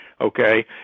okay